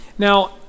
Now